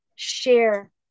Share